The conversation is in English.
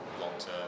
long-term